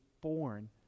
born